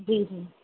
जी